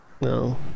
No